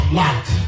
light